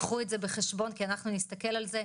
קחו את זה בחשבון כי אנחנו נסתכל על זה.